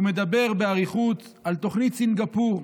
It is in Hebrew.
הוא מדבר באריכות על תוכנית סינגפור,